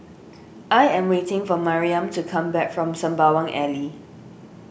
I am waiting for Mariam to come back from Sembawang Alley